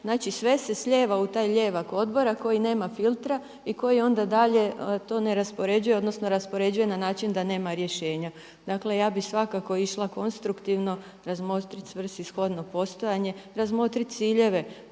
Znači, sve se slijeva u taj lijevak odbora koji nema filtra i koji onda dalje to ne raspoređuje, odnosno raspoređuje na način da nema rješenja. Dakle, ja bih svakako išla konstruktivno razmotrit svrsishodno postojanje, razmotrit ciljeve.